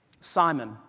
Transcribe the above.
Simon